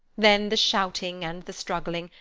then the shouting and the struggling,